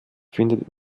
findet